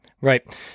Right